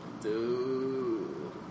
Dude